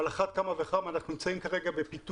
על אחת כמה וכמה אנחנו נמצאים עכשיו בפיתוח